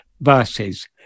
verses